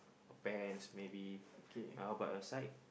pants maybe how about the side